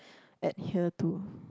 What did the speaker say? at here too